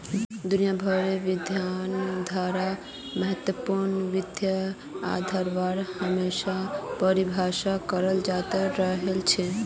दुनिया भरेर विद्वानेर द्वारा महत्वपूर्ण वित्त अवधारणाएं हमेशा परिभाषित कराल जाते रहल छे